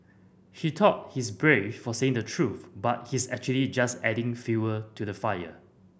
he thought he's brave for saying the truth but he's actually just adding fuel to the fire